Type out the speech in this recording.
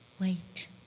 wait